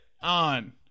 on